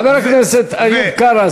חבר הכנסת איוב קרא,